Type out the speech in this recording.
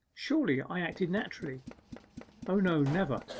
surely i acted naturally o no never!